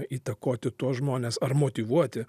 įtakoti tuos žmones ar motyvuoti